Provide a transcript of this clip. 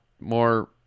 more